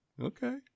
okay